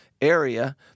area